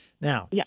Now